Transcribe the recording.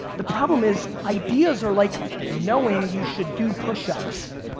the problem is ideas are like knowing you should do pushups.